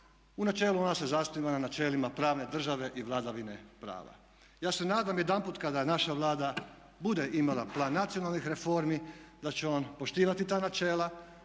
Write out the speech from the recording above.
U načelu ona se zasniva na načelima pravne države i vladavine prava. Ja se nadam jedanput kada naša Vlada bude imala Plan nacionalnih reformi, da će on poštivati ta načela,